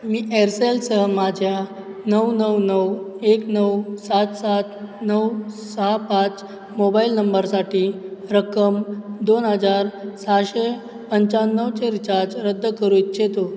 मी एअरसेलसह माझ्या नऊ नऊ नऊ एक नऊ सात सात नऊ सहा पाच मोबाइल नंबरसाठी रक्कम दोन हजार सहाशे पंचाण्णवचे रिचार्ज रद्द करू इच्छितो